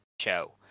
show